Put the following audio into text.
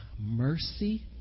mercy